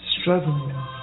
struggling